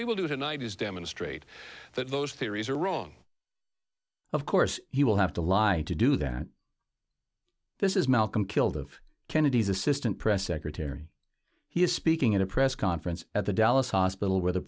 do tonight is demonstrate that those theories are wrong of course he will have to lie to do that this is malcolm kilduff kennedy's assistant press secretary he is speaking at a press conference at the dallas hospital where the